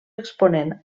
exponent